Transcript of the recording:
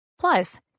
Plus